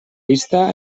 vista